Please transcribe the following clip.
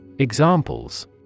Examples